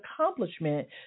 accomplishment